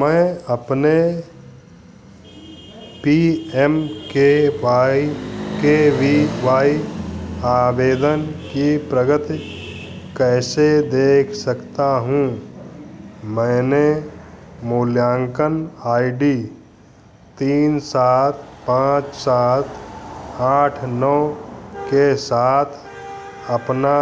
मैं अपने P M K Y V Y आवेदन की प्रगति कैसे देख सकता हूँ मैंने मूल्यांकन आई डी तीन सात पाँच सात आठ नौ के साथ अपना